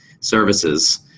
services